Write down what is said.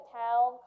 town